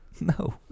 No